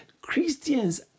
Christians